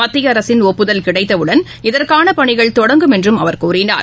மத்தியஅரசின் ஒப்புதல் கிடைத்தவுடன் இதற்கானபணிகள் தொடங்கும் என்றும் அவர் கூறினார்